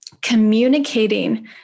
communicating